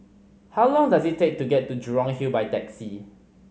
how long does it take to get to Jurong Hill by taxi